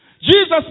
Jesus